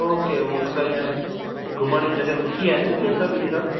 okay उहा मतिलबु ईअं घुमण ई जॻहि सुठी आहे न इहे सभु इहे सभु